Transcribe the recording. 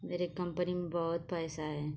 मेरी कम्पनी में बहुत पैसा है